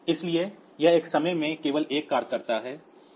इसलिए यह एक समय में केवल एक कार्य करता है